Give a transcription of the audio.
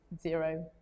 zero